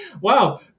wow